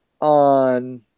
on